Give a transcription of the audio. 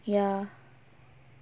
ya